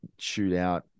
shootout